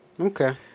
okay